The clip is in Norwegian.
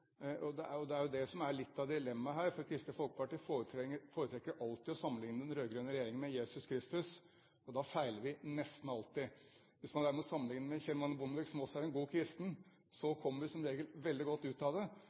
sammenlignet med regjeringen Bondeviks. Det er jo det som er litt av dilemmaet her, for Kristelig Folkeparti foretrekker alltid å sammenligne den rød-grønne regjeringen med Jesus Kristus. Da feiler vi nesten alltid. Hvis man derimot sammenligner med Kjell Magne Bondevik, som også er en god kristen, kommer vi som regel veldig godt ut av det.